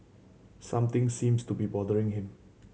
something seems to be bothering him